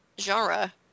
genre